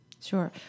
Sure